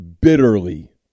bitterly